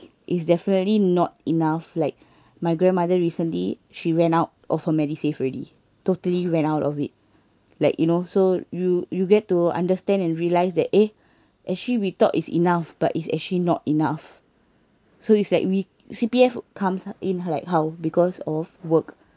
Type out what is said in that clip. it's definitely not enough like my grandmother recently she ran out of her medisave already totally ran out of it like you know so you you get to understand and realise that eh actually we thought is enough but it's actually not enough so it's like we C_P_F comes in like how because of work